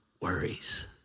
worries